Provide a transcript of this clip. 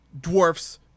Dwarfs